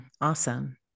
Awesome